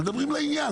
מדברים לעניין.